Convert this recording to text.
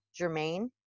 Jermaine